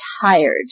tired